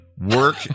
work